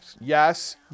Yes